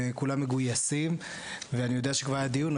וכולם מגויסים ואני יודע שכבר היה דיון,